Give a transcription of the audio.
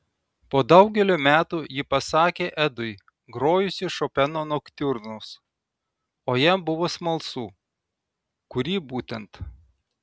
po daugelio metų ji pasakė edui grojusi šopeno noktiurnus o jam buvo smalsu kurį būtent